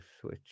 Switch